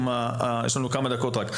לנו כמה דקות,